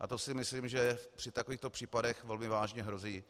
A to si myslím, že při takovýchto případech velmi vážně hrozí.